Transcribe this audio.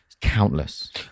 countless